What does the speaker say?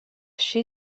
she